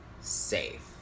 safe